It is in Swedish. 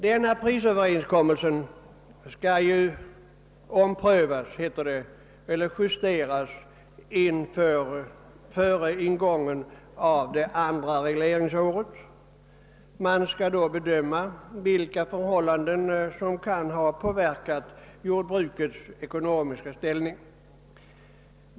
Denna prisöverenskommelse skall omprövas eller justeras före ingången av det andra regleringsåret. Man skall då bedöma vilka förhållanden som kan ha påverkat jordbrukets ekonomiska ställning.